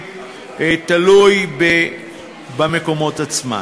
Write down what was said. תלוי במקומות עצמם.